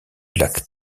lac